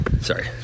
sorry